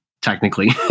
technically